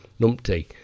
numpty